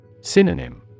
Synonym